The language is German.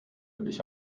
ich